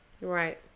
Right